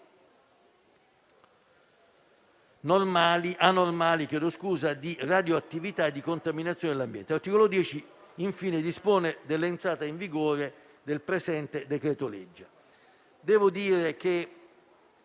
anormali di radioattività e di contaminazione dell'ambiente. L'articolo 10, infine, dispone dell'entrata in vigore del presente decreto-legge. Devo dire che,